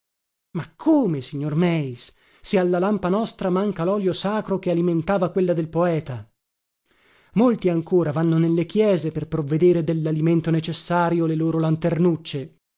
ma come signor meis se alla lampa nostra manca lolio sacro che alimentava quella del poeta molti ancora vanno nelle chiese per provvedere dellalimento necessario le loro lanternucce